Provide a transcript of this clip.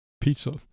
pizza